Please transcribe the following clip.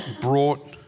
brought